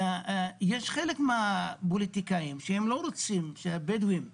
יש חלק מהפוליטיקאים שלא רוצים שהבדואים יצביעו,